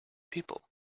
people